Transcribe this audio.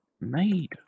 made